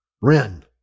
Wren